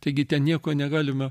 taigi ten nieko negalima